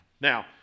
Now